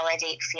validate